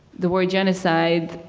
the word genocide,